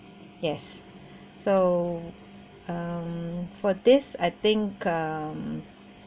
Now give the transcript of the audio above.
yes so um for this I think um